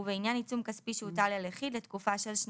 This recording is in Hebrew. ובעניין עיצום כספי שהוטל על יחיד לתקופה של שנתיים.